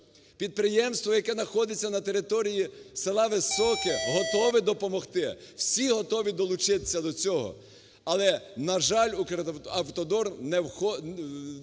Підприємство, яке находиться на території села Високе готове допомогти, всі готові долучитися до цього. Але, на жаль, "Укравтодор" відноситься